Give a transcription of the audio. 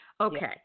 Okay